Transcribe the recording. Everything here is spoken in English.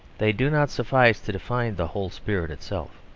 they do not suffice to define the whole spirit itself.